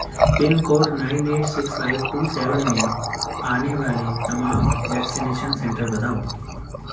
پن code nine eight six five two seven میں آنے والے تمام ویکسینیشن سینٹر بتاؤ